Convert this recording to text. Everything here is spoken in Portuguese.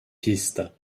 pista